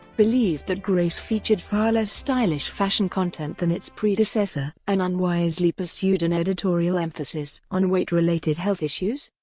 believed that grace featured far less stylish fashion content than its predecessor and unwisely pursued an editorial emphasis on weight-related health issues.